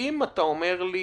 אם אתה אומר לי